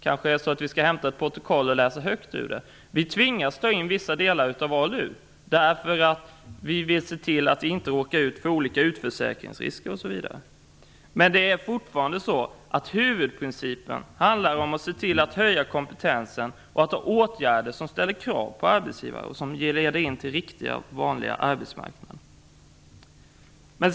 Kanske skall vi hämta ett protokoll och läsa högt ur det? Vi tvingas ta in vissa delar av ALU, därför att vi vill se till att inte råka ut för olika utförsäkringsrisker osv. Men det är fortfarande så att huvudprincipen är att höja kompetensen, och att vidta åtgärder som ställer krav på arbetsgivare och som leder in till den riktiga och vanliga arbetsmarknaden.